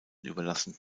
überlassen